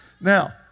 Now